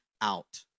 out